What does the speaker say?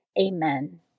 Amen